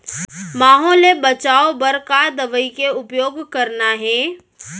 माहो ले बचाओ बर का दवई के उपयोग करना हे?